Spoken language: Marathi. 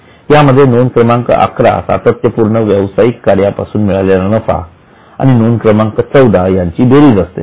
यामध्ये नोंद क्रमांक 11 सातत्यपूर्ण व्यावसायिक कार्यापासून मिळालेला नफा आणि नोंद क्रमांक 14 याची बेरीज असते